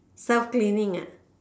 self cleaning ah